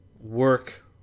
work